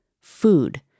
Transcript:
Food